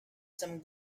some